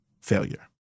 failure